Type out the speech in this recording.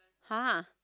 !huh!